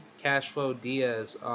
Cashflow-Diaz